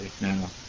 Now